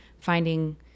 finding